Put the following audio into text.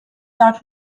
not